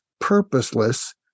purposeless